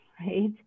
right